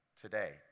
today